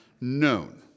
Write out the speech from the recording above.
known